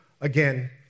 again